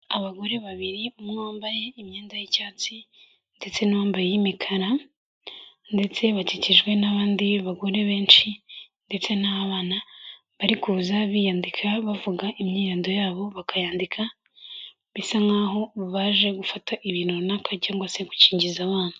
Abagore babiri, umwe wambaye imyenda y'icyatsi ndetse n'uyambaye iy'imikara ndetse bakikijwe n'abandi bagore benshi ndetse n'abana bari kuza biyandika bavuga imyirondoro yabo bakayandika, bisa nk'aho baje gufata ibintu runaka cyangwa se gukingiza abana.